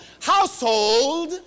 household